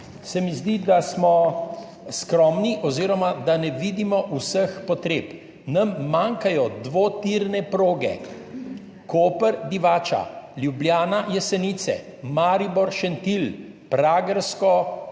se mi zdi, da smo skromni oziroma da ne vidimo vseh potreb. Nam manjkajo dvotirne proge Koper-Divača, Ljubljana-Jesenice, Maribor-Šentilj, Pragersko